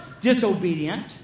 disobedient